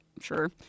Sure